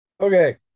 Okay